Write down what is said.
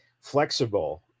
flexible